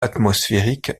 atmosphériques